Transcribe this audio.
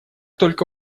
только